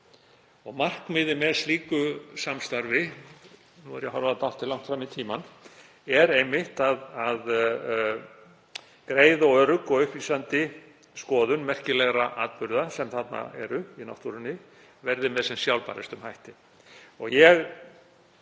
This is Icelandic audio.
Markmiðið með slíku samstarfi — nú er ég að horfa dálítið langt fram í tímann — er einmitt að greið og örugg og upplýsandi skoðun merkilegra atburða, sem þarna eru í náttúrunni, verði með sem sjálfbærustum hætti.